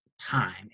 time